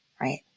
right